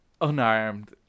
unarmed